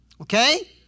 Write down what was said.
Okay